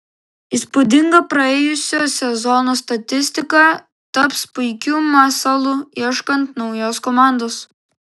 įspūdinga praėjusio sezono statistika taps puikiu masalu ieškant naujos komandos